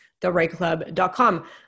therightclub.com